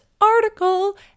article